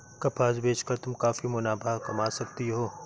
कपास बेच कर तुम काफी मुनाफा कमा सकती हो